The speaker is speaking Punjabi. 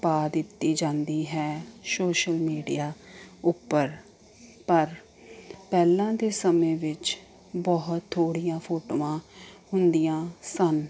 ਪਾ ਦਿੱਤੀ ਜਾਂਦੀ ਹੈ ਸੋਸ਼ਲ ਮੀਡੀਆ ਉੱਪਰ ਪਰ ਪਹਿਲਾਂ ਦੇ ਸਮੇਂ ਵਿੱਚ ਬਹੁਤ ਥੋੜ੍ਹੀਆਂ ਫੋਟੋਆਂ ਹੁੰਦੀਆਂ ਸਨ